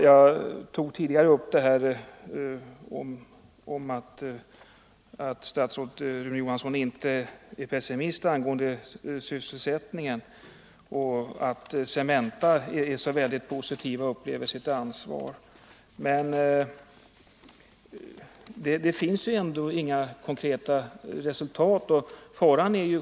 Jag tog tidigare upp detta att statsrådet Rune Johansson inte är pessimist när det gäller sysselsättningen och att Cementa är så väldigt positivt och upplever sitt ansvar. Men det finns ändå inga konkreta resultat.